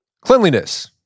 Cleanliness